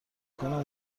کنم